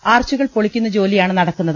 ആർച്ചുകൾ പൊളിക്കുന്ന ജോലിയാണ് നടക്കുന്നത്